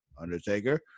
Undertaker